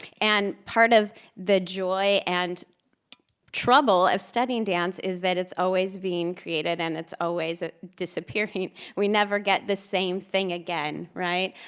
and part of the joy and trouble of studying dance is that it's always being created and it's always ah disappearing. we never get the same thing again, right?